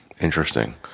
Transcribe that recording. Interesting